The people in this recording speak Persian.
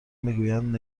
میگویند